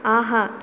ஆஹா